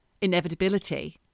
inevitability